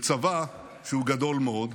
וצבא שהוא גדול מאוד,